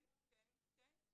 כן, כן.